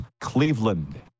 Cleveland